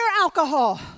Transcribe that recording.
alcohol